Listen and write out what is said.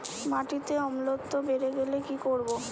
মাটিতে অম্লত্ব বেড়েগেলে কি করব?